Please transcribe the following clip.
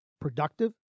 productive